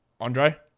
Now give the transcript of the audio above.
Andre